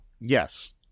Yes